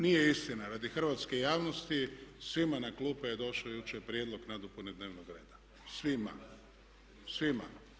Nije istina, radi hrvatske javnosti, svima na klupe je došao jučer prijedlog nadopune dnevnog reda, svima.